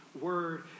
word